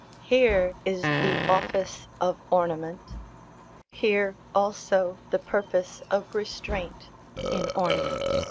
here is the office of ornament here also the purpose of restraint in ornament.